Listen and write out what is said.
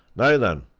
now then,